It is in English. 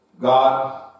God